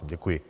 Děkuji.